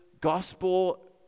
gospel